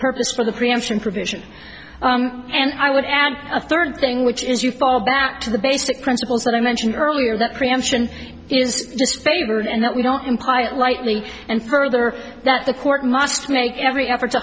purpose for the preemption provision and i would add a third thing which is you fall back to the basic principles that i mentioned earlier that preemption is just favored and that we don't imply it lightly and further that the court must make every effort to